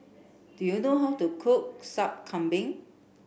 do you know how to cook Sup Kambing